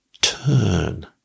turn